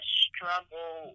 struggle